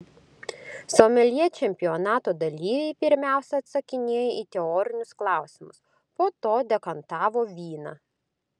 someljė čempionato dalyviai pirmiausia atsakinėjo į teorinius klausimus po to dekantavo vyną